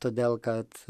todėl kad